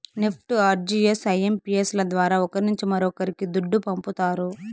NEFT, RTGS, IMPS ల ద్వారా ఒకరి నుంచి మరొక్కరికి దుడ్డు పంపతారు